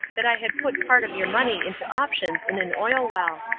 that i had put part of your money into options in an oil-well.